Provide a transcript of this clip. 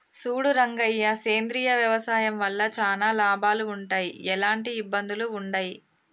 సూడు రంగయ్య సేంద్రియ వ్యవసాయం వల్ల చానా లాభాలు వుంటయ్, ఎలాంటి ఇబ్బందులూ వుండయి